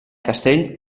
castell